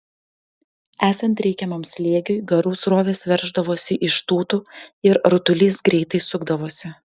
esant reikiamam slėgiui garų srovės verždavosi iš tūtų ir rutulys greitai sukdavosi